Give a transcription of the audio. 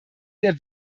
der